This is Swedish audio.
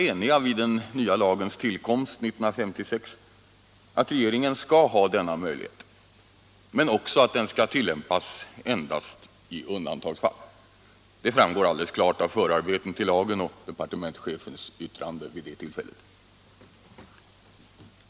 Alla var vid lagens tillkomst 1956 eniga om att regeringen skall ha denna möjlighet men också om att lagen skall tillämpas endast i undantagsfall. Det framgår alldeles klart av förarbetena till lagen och departementschefens yttrande vid det tillfället.